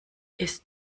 ist